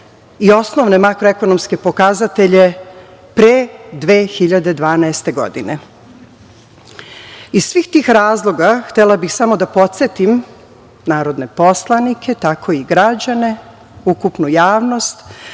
i osnovne makroekonomske pokazatelje pre 2012. godine. Iz svih tih razloga htela bih samo da podsetim narodne poslanike, tako i građane, ukupnu javnost